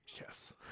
Yes